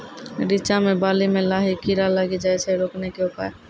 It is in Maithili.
रिचा मे बाली मैं लाही कीड़ा लागी जाए छै रोकने के उपाय?